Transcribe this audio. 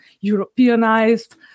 Europeanized